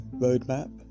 roadmap